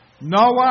Noah